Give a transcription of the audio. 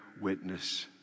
witness